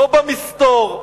לא במסתור,